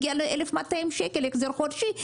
הגיע ל-1,200 שקלים החזר חודשי.